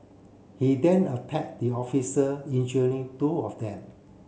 he then attacked the officer injuring two of them